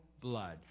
blood